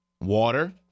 water